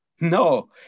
No